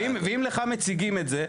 ואם לך מציגים את זה,